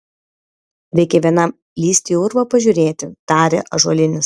reikia vienam lįsti į urvą pažiūrėti tarė ąžuolinis